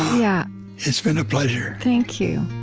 yeah it's been a pleasure thank you